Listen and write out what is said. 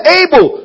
able